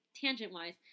tangent-wise